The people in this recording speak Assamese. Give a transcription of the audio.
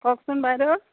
কওকচোন বাইদেউ